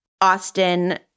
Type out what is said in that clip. Austin